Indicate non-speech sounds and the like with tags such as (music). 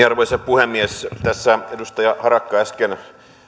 (unintelligible) arvoisa puhemies tässä edustaja harakka äsken